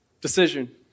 decision